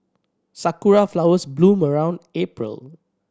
sakura flowers bloom around April